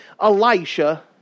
Elisha